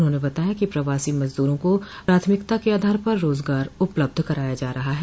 उन्होंने बताया कि प्रवासी मजदूरों को प्राथमिकता के आधार पर रोजगार उपलब्ध कराया जा रहा है